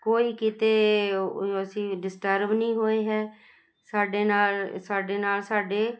ਕੋਈ ਕਿਤੇ ਅਸੀਂ ਡਿਸਟਰਬ ਨਹੀਂ ਹੋਏ ਹੈ ਸਾਡੇ ਨਾਲ ਸਾਡੇ ਨਾਲ ਸਾਡੇ